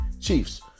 Chiefs